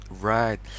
Right